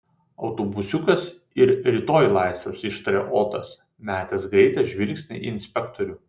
autobusiukas ir rytoj laisvas ištarė otas metęs greitą žvilgsnį į inspektorių